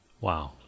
Wow